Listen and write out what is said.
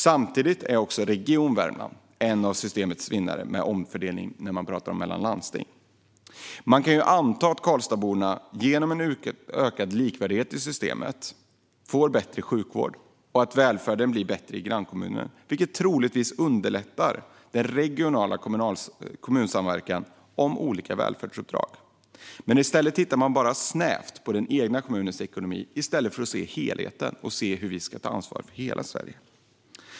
Samtidigt är också Region Värmland en av systemets vinnare när det gäller omfördelning mellan landsting. Man kan anta att Karlstadsborna genom en ökad likvärdighet i systemet får bättre sjukvård och att välfärden blir bättre i grannkommunerna, vilket troligtvis underlättar den regionala kommunsamverkan om olika välfärdsuppdrag. Men man tittar bara snävt på den egna kommunens ekonomi i stället för att se helheten och hur vi ska ta ansvar för hela Sverige.